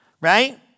Right